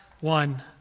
one